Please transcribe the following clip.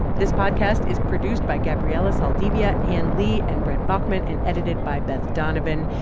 this podcast is produced by gabriela saldivia, anne li and brent baughman and edited by beth donovan.